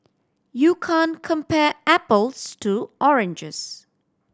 you can't compare apples to oranges